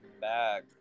back